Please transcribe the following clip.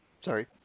Sorry